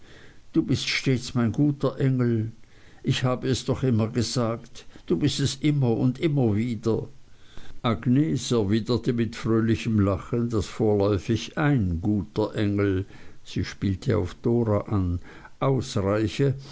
du bist stets mein guter engel ich habe es doch immer gesagt du bist es immer und immer wieder agnes erwiderte mit fröhlichem lachen daß vorläufig ein guter engel sie spielte auf dora an ausreiche